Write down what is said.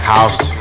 House